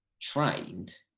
trained